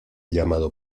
llamado